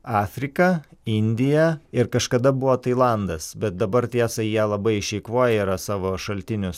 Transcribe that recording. afrika indija ir kažkada buvo tailandas bet dabar tiesa jie labai išeikvoję yra savo šaltinius